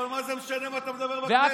אבל מה זה משנה מה אתה מדבר בכנסת?